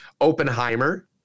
Oppenheimer